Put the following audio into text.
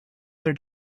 their